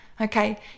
Okay